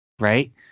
right